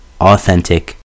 authentic